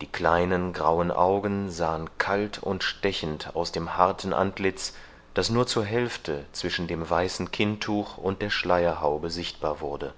die kleinen grauen augen sahen kalt und stechend aus dem harten antlitz das nur zur hälfte zwischen dem weißen kinntuch und der schleierhaube sichtbar wurde